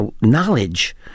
knowledge